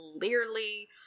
clearly